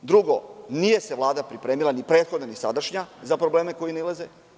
Drugo, nije se Vlada pripremila ni prethodna ni sadašnja za probleme koji nailaze.